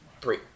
three